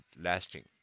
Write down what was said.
lasting